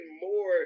more